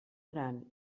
gran